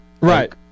Right